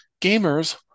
Gamers